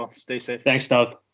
ah stay safe. thanks, dov.